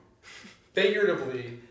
Figuratively